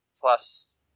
plus